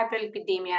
hyperlipidemia